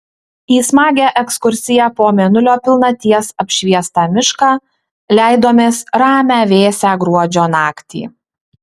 į smagią ekskursiją po mėnulio pilnaties apšviestą mišką leidomės ramią vėsią gruodžio naktį